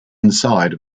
inside